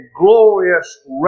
glorious